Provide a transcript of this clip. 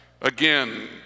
Again